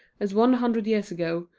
as one hundred years ago,